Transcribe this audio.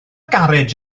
garej